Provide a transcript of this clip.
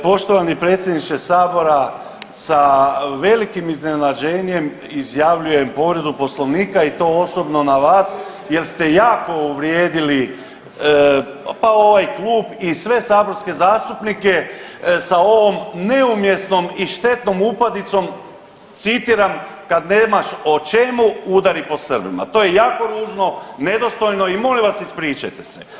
Poštovani predsjedniče Sabora sa velikim iznenađenjem izjavljujem povredu Poslovnika i to osobno na vas jer ste jako uvrijedili pa ovaj klub i sve saborske zastupnike sa ovom neumjesnom i štetnom upadicom citiram: „Kada nemaš o čemu udari po Srbima.“ To je jako ružno, nedostojno i molim vas ispričajte se.